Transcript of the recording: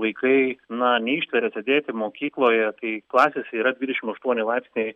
vaikai na neištveria sėdėti mokykloje kai klasėse yra dvidešim aštuoni laipsniai